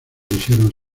quisieron